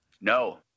No